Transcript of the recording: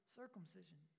circumcision